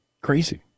Crazy